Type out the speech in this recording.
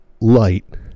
light